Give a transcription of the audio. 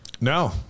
No